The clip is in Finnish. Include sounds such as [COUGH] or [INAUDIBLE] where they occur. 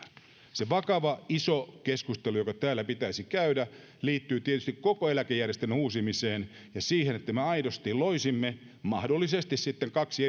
se vakava iso keskustelu joka täällä pitäisi käydä liittyy tietysti koko eläkejärjestelmän uusimiseen ja siihen että me aidosti loisimme mahdollisesti kaksi [UNINTELLIGIBLE]